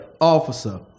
officer